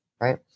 Right